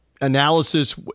analysis